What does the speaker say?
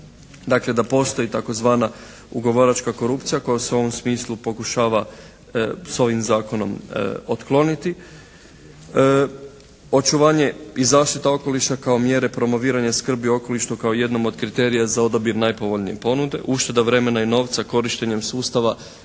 dakle da postoji tzv. ugovaračka korupcija koja se u ovom smislu pokušava s ovim zakonom otkloniti. Očuvanje i zaštita okoliša kao mjere promoviranja skrbi okoliša kao jednom od kriterija za odabir najpovoljnije ponude, ušteda vremena i novca korištenjem sustava